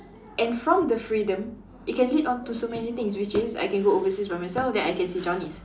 and from the freedom it can lead on to so many things which is I can go overseas by myself then I can see Johnny's